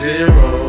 Zero